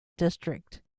district